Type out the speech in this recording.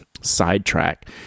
sidetrack